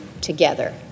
together